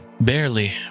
Barely